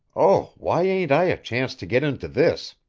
oh, why ain't i a chance to get into this?